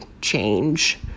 change